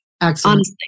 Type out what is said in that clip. Excellent